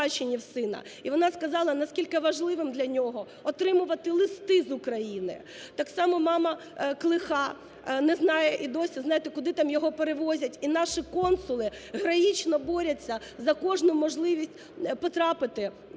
вона сказала, наскільки важливим для нього отримувати листи з України. Так само мама Клиха не знає і досі, знаєте, куди там його перевозять. І наші консули героїчно борються за кожну можливість потрапити